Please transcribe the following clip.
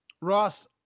Ross